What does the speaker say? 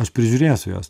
aš prižiūrėsiu juos